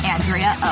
Andrea